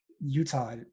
Utah